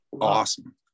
awesome